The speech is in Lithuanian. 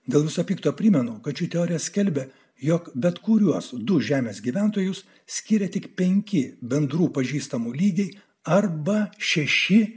dėl viso pikto primenu kad ši teorija skelbia jog bet kuriuos du žemės gyventojus skiria tik penki bendrų pažįstamų lygyje arba šeši